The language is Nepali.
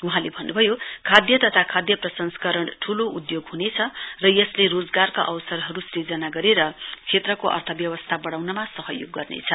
वहाँले भन्नुभयो खाद्य तथा खाद्य प्रसंस्करण ठूलो उद्योग हुनेछ र यसले रोजगारका अवसरहरू सुजना गरेर क्षेत्रको अर्थव्यवस्था बढ़ाउनमा सहयोग गर्नेछ